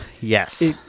Yes